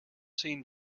seen